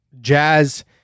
Jazz